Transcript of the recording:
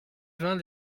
vint